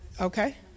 okay